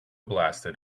blasted